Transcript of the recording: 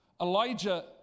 Elijah